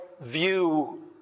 view